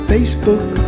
Facebook